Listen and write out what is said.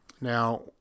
Now